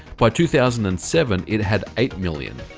by two thousand and seven, it had eight million.